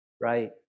right